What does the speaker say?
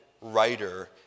writer